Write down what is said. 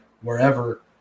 wherever –